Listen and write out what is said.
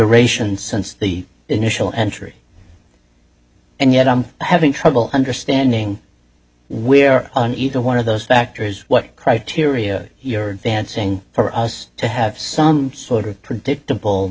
ration since the initial entry and yet i'm having trouble understanding where on either one of those factors what criteria you're dancing for us to have some sort of predictable